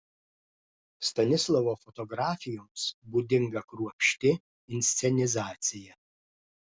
stanislovo fotografijoms būdinga kruopšti inscenizacija